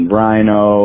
Rhino